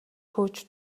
хөөж